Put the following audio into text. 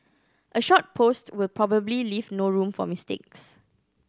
a short post will probably leave no room for mistakes